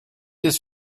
ist